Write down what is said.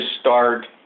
start